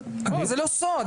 זה לא סוד.